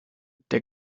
der